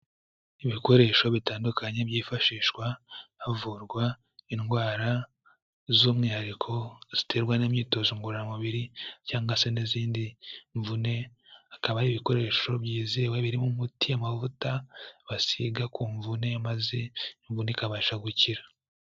Ibikoresho bitandukanye byifashishwa havurwa indwara z'umwihariko ziterwa n'imyitozo ngororamubiri cyangwa se n'izindi mvune, akaba ibikoresho byizewe birimo umuti, amavuta basiga ku mvune maze imvune ikabasha gukira.